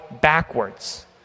backwards